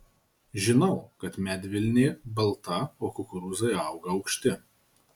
žinau kad medvilnė balta o kukurūzai auga aukšti